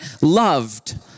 Loved